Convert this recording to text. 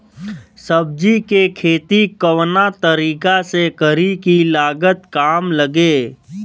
सब्जी के खेती कवना तरीका से करी की लागत काम लगे?